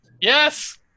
Yes